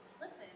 Listen